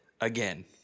again